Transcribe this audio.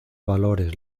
valores